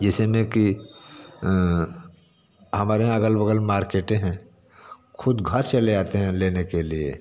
जैसे में कि हमारे यहाँ अगल बगल मार्केटे हैं खुद घर से ले आते हैं लेने के लिए